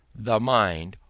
the mind.